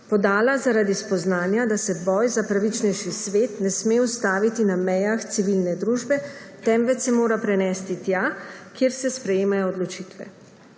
podala zaradi spoznanja, da se boj za pravičnejši svet ne sme ustaviti na mejah civilne družbe, temveč se mora prenesti tja, kjer se sprejemajo odločitve.